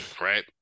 right